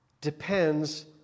depends